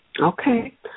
Okay